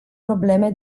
probleme